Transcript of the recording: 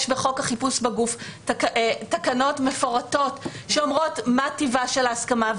יש בחוק החיפוש בגוף תקנות מפורטות שאומרות מה טיבה של ההסכמה,